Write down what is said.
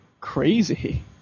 crazy